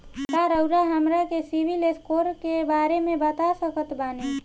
का रउआ हमरा के सिबिल स्कोर के बारे में बता सकत बानी?